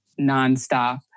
nonstop